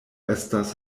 estas